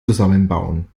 zusammenbauen